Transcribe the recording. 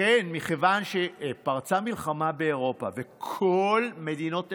מכיוון שפרצה מלחמה באירופה וכל מדינות אירופה,